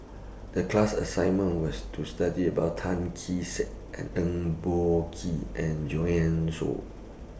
The class assignment was to study about Tan Kee Sek and Eng Boh Kee and Joanne Soo